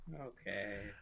okay